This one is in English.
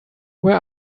where